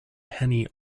penny